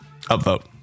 Upvote